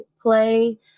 play